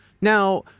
Now